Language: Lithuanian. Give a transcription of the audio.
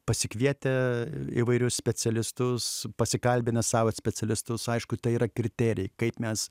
pasikvietę įvairius specialistus pasikalbinę savo specialistus aišku tai yra kriterijai kaip mes